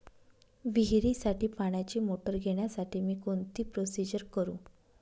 विहिरीसाठी पाण्याची मोटर घेण्यासाठी मी कोणती प्रोसिजर करु?